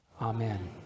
amen